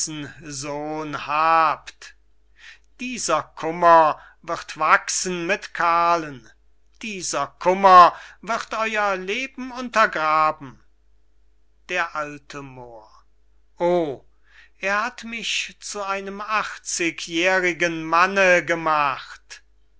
dieser kummer wird wachsen mit karln dieser kummer wird euer leben untergraben d a moor o er hat mich zu einem achtzigjährigen manne gemacht